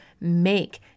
make